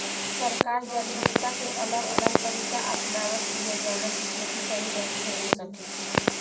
सरकार जागरूकता के अलग अलग तरीका अपनावत बिया जवना से खेती सही ढंग से हो सके